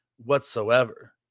whatsoever